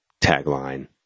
tagline